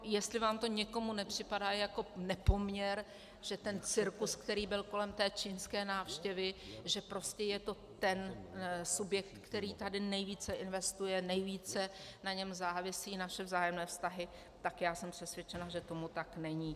Jestli vám to někomu nepřipadá jako nepoměr, že ten cirkus, který byl kolem čínské návštěvy, že je to ten subjekt, který tady nejvíce investuje, nejvíce na něm závisí naše vzájemné vztahy, tak jsem přesvědčena, že tomu tak není.